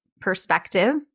perspective